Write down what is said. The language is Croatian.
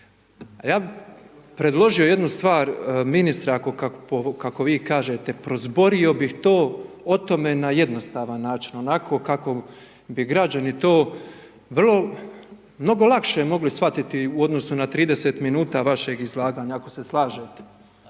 ja bi predložio jednu stvar, ministre, kako vi kažete, pobrojio bi o tome na jednostavan način, onako kako bi građani to, vrlo, mnogo lakše mogli shvatiti u odnosu na 30 min vašeg izlaganja, ako se slažete?